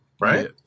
right